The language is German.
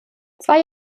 zwei